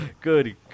Good